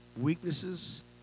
weaknesses